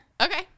Okay